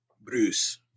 Bruce